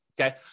okay